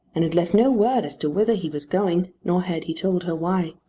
and had left no word as to whither he was going nor had he told her why.